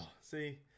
See